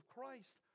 Christ